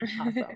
awesome